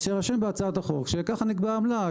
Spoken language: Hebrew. אז שיהיה רשום בהצעת החוק שככה נקבעת העמלה,